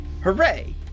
Hooray